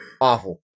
Awful